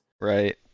Right